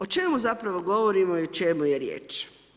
O čemu zapravo govorimo i o čemu je riječ?